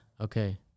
Okay